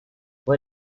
fue